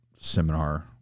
seminar